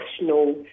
national